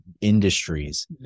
industries